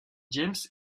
james